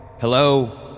Hello